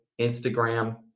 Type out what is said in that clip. Instagram